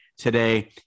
today